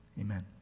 Amen